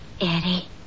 Eddie